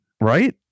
Right